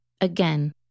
Again